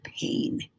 pain